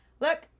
look